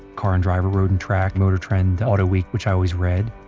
car and driver, road and track, motor trend, autoweek which i always read.